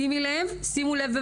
שימו לב בבקשה